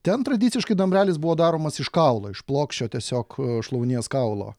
ten tradiciškai dambrelis buvo daromas iš kaulo iš plokščio tiesiog šlaunies kaulo